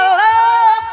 love